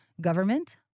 government